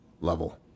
level